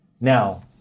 Now